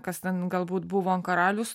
kas ten galbūt buvo karalius